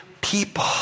people